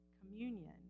Communion